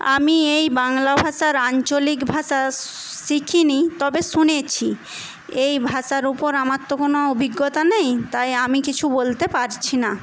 আমি এই বাংলা ভাষার আঞ্চলিক ভাষা শিখিনি তবে শুনেছি এই ভাষার উপর আমার তো কোনো অভিজ্ঞতা নেই তাই আমি কিছু বলতে পারছি না